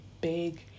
big